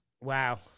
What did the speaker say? Wow